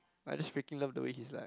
I just freaking love the way he's like